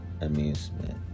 amusement